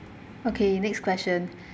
okay next question